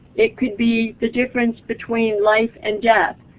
it could be the difference between life and death.